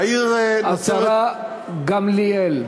בעיר נצרת, השרה גמליאל.